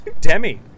Demi